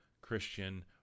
Christian